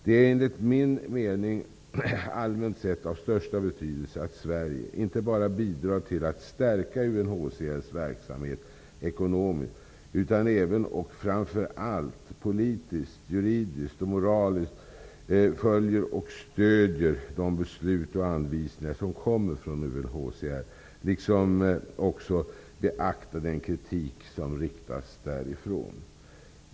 Det är enligt min mening alltmänt sett av största betydelse att Sverige, inte bara bidrar till att stärka UNHCR:s verksamhet ekonomiskt, utan även och framför allt juridiskt, politiskt och moraliskt följer och stöder de beslut och anvisningar som kommer från UNHCR, liksom att också beakta den kritik som riktas därifrån.